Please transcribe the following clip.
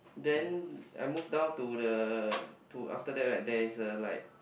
then I moved down to the to after that right there is like